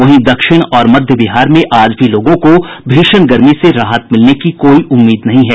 वहीं दक्षिण और मध्य बिहार में आज भी लोगों को भीषण गर्मी से राहत मिलने की कोई उम्मीद नहीं है